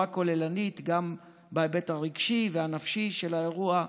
כוללנית גם בהיבט הרגשי והנפשי של האירוע.